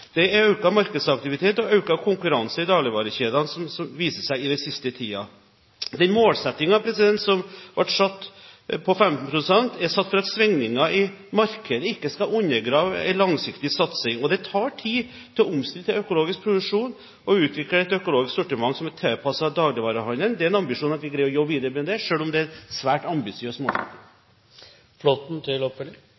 markedsaktivitet og økt konkurranse i dagligvarekjedene har vist seg den siste tiden. Målsettingen, som ble satt på 15 pst., er satt for at svingninger i markedet ikke skal undergrave en langsiktig satsing. Det tar tid å omstille til økologisk produksjon og utvikle et økologisk sortiment som er tilpasset dagligvarehandelen. Det er en ambisjon at vi skal greie å jobbe videre med det, selv om det er en svært ambisiøs målsetting.